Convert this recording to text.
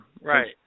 Right